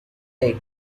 lake